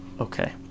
Okay